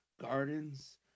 gardens